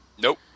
Nope